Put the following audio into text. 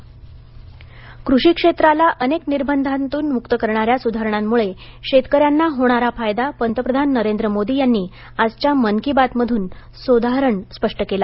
मन की बात कृषी क्षेत्राला अनेक निर्बंधातून मुक्त करणाऱ्या सुधारणांमुळे शेतकऱ्यांना होणारा फायदा पंतप्रधान नरेंद्र मोदी यांनी आजच्या मन की बात मधून सोदाहरण स्पष्ट केला